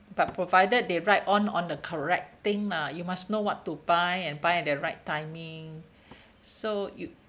but provided they ride on on the correct thing lah you must know what to buy and buy the right timing so you